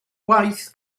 waith